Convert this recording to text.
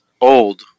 old